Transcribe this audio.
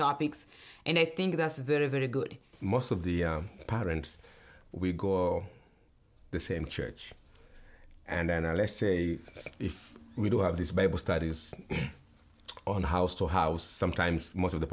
topics and i think that's very very good most of the parents we've got the same church and then i let's say if we do have this bible studies on house to house sometimes most of the